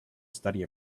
study